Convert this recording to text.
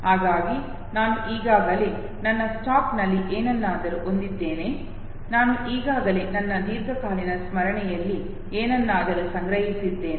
ಹಾಗಾಗಿ ನಾನು ಈಗಾಗಲೇ ನನ್ನ ಸ್ಟಾಕ್ನಲ್ಲಿ ಏನನ್ನಾದರೂ ಹೊಂದಿದ್ದೇನೆ ನಾನು ಈಗಾಗಲೇ ನನ್ನ ದೀರ್ಘಕಾಲೀನ ಸ್ಮರಣೆಯಲ್ಲಿ ಏನನ್ನಾದರೂ ಸಂಗ್ರಹಿಸಿದ್ದೇನೆ